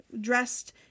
dressed